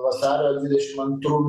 vasario dvidešim antrų